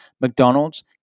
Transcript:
McDonald's